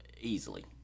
easily